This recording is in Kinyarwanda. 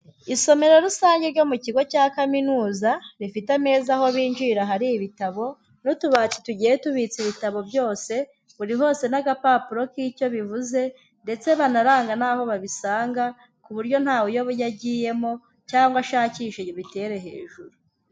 Isomero rusange ryo mu kigo cya Kaminuza, rifite ameza aho binjirira hari ibitabo n'utubati tugiye tubitse ibitabo byose, buri hose n'agapapuro k'icyo bivuze ndetse banaranga n'aho babisanga ku buryo ntawe uyoba iyo agiyemo cyangwa ashakishe abitere hejuru.